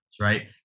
right